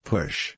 Push